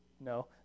no